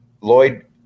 Lloyd –